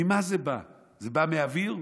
ממה זה בא, זה בא מאוויר?